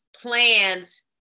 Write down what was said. plans